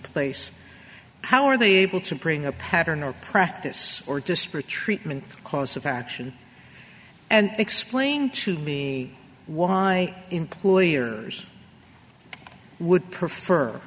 place how are they able to bring a pattern or practice or disparate treatment course of action and explain to me why employers would prefer